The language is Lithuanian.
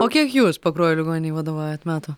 o kiek jūs pakruojo ligoninei vadovaujat metų